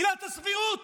עילת הסבירות